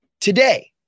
today